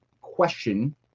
question